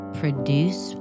produce